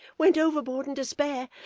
went overboard in despair,